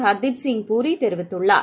ஹர்தீப் சிங் புரி தெரிவித்துள்ளார்